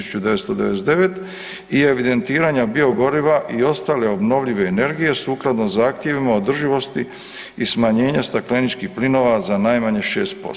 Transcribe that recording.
1999 i evidentiranja biogoriva i ostale obnovljive energije sukladno zahtjevima održivosti i smanjenja stakleničkih plinova za najmanje 6%